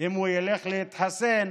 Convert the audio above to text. אם הוא ילך להתחסן,